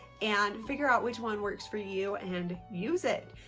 and figure out which one works for you and use it.